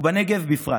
ובנגב בפרט,